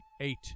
eight